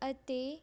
ਅਤੇ